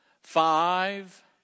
five